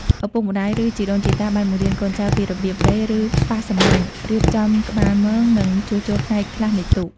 ឪពុកម្ដាយ ឬជីដូនជីតាបានបង្រៀនកូនចៅពីរបៀបដេរ ឬប៉ះសំណាញ់ រៀបចំក្បាលមង និងជួសជុលផ្នែកខ្លះនៃទូក។